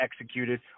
executed